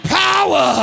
power